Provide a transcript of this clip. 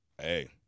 Hey